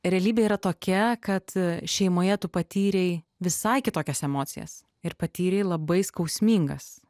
realybė yra tokia kad šeimoje tu patyrei visai kitokias emocijas ir patyrei labai skausmingas